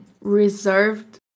Reserved